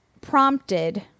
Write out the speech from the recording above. prompted